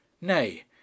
Nay